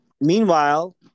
meanwhile